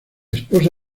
esposa